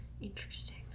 Interesting